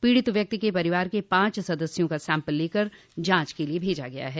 पीड़ित व्यक्ति के परिवार के पांच सदस्यों का सैम्पल लेकर जांच क लिये भेजा गया है